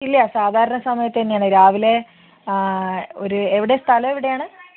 ഇല്ല സാധാരണ സമയത്ത് തന്നെയാണ് രാവിലെ ഒരു എവിടെയാണ് സ്ഥലം എവിടെയാണ്